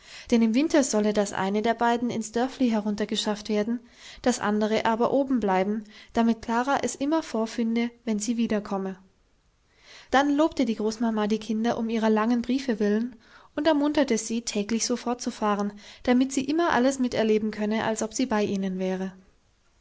denn im winter solle das eine der beiden ins dörfli heruntergeschafft werden das andere aber oben bleiben damit klara es immer vorfinde wenn sie wiederkomme dann lobte die großmama die kinder um ihrer langen briefe willen und ermunterte sie täglich so fortzufahren damit sie immer alles mitleben könne als ob sie bei ihnen wäre